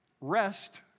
Rest